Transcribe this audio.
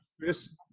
first